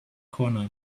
corner